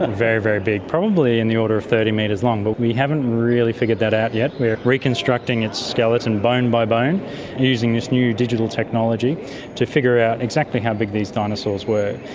and very, very big, probably in the order of thirty metres long, but we haven't really figured that out yet. we are reconstructing its skeleton bone by bone using this new digital technology to figure out exactly how big these dinosaurs were.